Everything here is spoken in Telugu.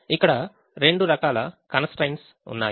ఇక్కడ రెండు రకాల కన్స్ ట్రైన్ట్స్ ఉన్నాయి